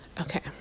Okay